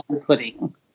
Pudding